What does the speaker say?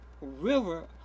river